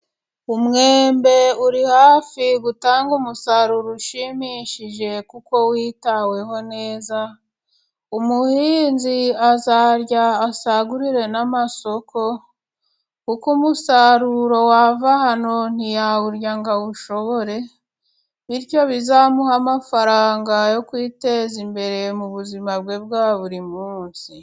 Umwembe uri hafi gutanga umusaruro ushimishije, kuko witaweho neza. Umuhinzi azarya asagurire n' amasoko, kuko umusaruro wava hano ntiyawurya ngo awushobore. Bityo bizamuha amafaranga yo kwiteza imbere mu buzima bwe bwa buri munsi.